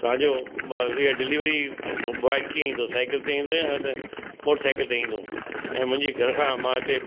तव्हांजो म इअ डिलीवरी बॉए कीअं ईंदो साइकिल ते ईंदो या त मोटर साइकिल ते ईंदो ऐं मुंहिंजी घर खां मां हिते